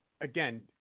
again